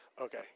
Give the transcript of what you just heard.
okay